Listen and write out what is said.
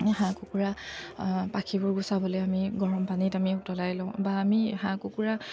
হাঁহ কুকুৰা পাখিবোৰ গুচাবলৈ আমি গৰমপানীত আমি উতলাই লওঁ বা আমি হাঁহ কুকুৰা